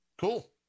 Cool